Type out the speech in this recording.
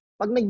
pag